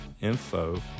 info